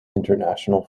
international